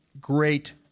great